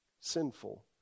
sinful